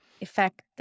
effect